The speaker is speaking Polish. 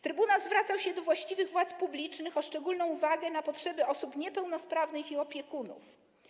Trybunał zwracał się do właściwych władz publicznych o szczególną uwagę na potrzeby osób niepełnosprawnych i ich opiekunów.